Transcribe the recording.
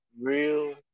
real